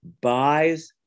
buys